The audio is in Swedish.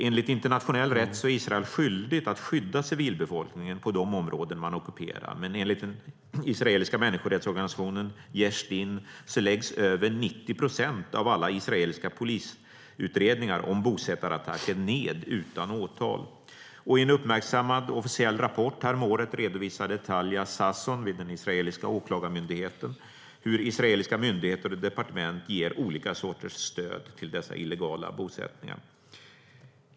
Enligt internationell rätt är Israel skyldigt att skydda civilbefolkningen på de områden man ockuperar, men enligt den israeliska människorättsorganisationen Yesh Din läggs över 90 procent av alla israeliska polisutredningar om bosättarattacker ned utan åtal. I en uppmärksammad officiell rapport häromåret redovisade också Talia Sasson vid den israeliska åklagarmyndigheten hur israeliska myndigheter och departement ger olika sorters stöd till dessa illegala bosättningar.